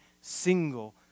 single